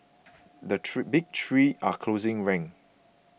the three big three are closing ranks